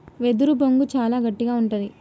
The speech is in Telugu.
వెదురు బొంగు చాలా గట్టిగా ఉంటది